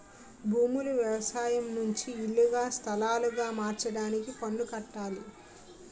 భూములు వ్యవసాయం నుంచి ఇల్లుగా స్థలాలుగా మార్చడానికి పన్ను కట్టాలి